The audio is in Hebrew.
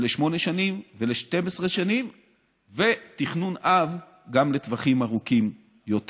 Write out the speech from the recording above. לשמונה שנים ול-12 שנים ותכנון אב גם לטווחים ארוכים יותר.